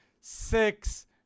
six